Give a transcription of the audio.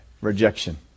rejection